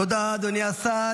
תודה, אדוני השר.